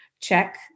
check